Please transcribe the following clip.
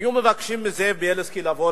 היו מבקשים מזאב בילסקי לבוא,